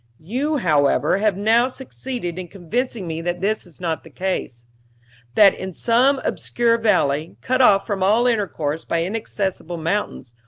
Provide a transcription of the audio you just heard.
you, however, have now succeeded in convincing me that this is not the case that in some obscure valley, cut off from all intercourse by inaccessible mountains,